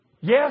Yes